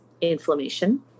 inflammation